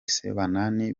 sebanani